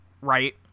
Right